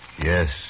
Yes